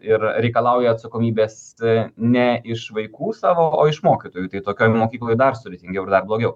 ir reikalauja atsakomybės ne iš vaikų savo o iš mokytojų tai tokioj mokykloj dar sudėtingiau ir dar blogiau